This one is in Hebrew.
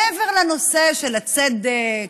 מעבר לנושא של הצדק,